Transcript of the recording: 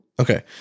okay